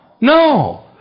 No